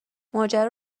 ماجرا